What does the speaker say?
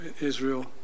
Israel